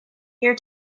your